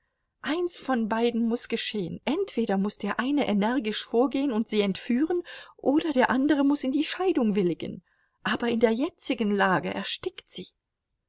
eins von beiden muß geschehen entweder muß der eine energisch vorgehen und sie entführen oder der andere muß in die scheidung willigen aber in der jetzigen lage erstickt sie